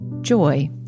joy